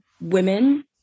women